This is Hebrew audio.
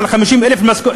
על משכורת של 50,000 שקל.